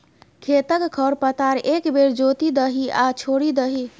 खेतक खर पतार एक बेर जोति दही आ छोड़ि दही